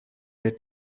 der